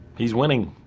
he's winning.